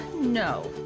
no